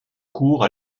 cours